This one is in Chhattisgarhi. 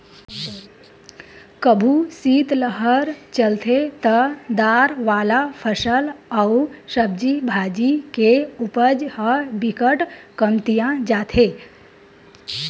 कभू सीतलहर चलथे त दार वाला फसल अउ सब्जी भाजी के उपज ह बिकट कमतिया जाथे